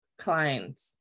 clients